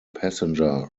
passenger